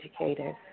educators